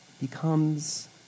becomes